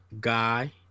Guy